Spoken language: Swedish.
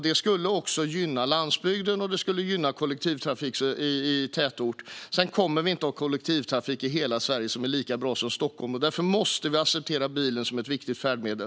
Det skulle gynna landsbygden, och det skulle gynna kollektivtrafiken i tätort. Sedan kommer vi inte att ha en kollektivtrafik som är lika bra i hela Sverige som den är i Stockholm, och därför måste vi acceptera bilen som ett viktigt färdmedel.